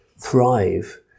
thrive